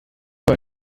mal